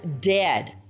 dead